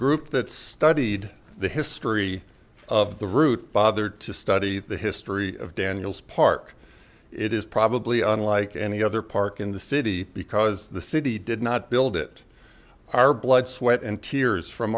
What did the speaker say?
group that studied the history of the route bother to study the history of daniel's park it is probably unlike any other park in the city because the city did not build it our blood sweat and tears from